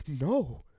No